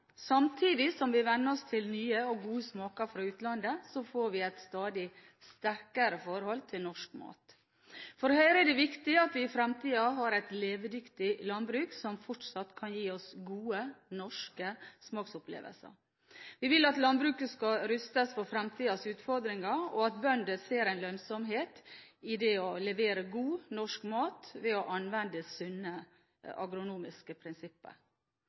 Samtidig som vi venner oss til nye og gode smaker fra utlandet, får vi et stadig sterkere forhold til norsk mat. For Høyre er det viktig at vi i fremtiden har et levedyktig landbruk som fortsatt kan gi oss gode norske smaksopplevelser. Vi vil at landbruket skal rustes for fremtidens utfordringer, og at bønder ser lønnsomhet i å levere god norsk mat ved å anvende sunne agronomiske